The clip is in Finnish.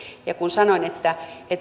kun sanoin että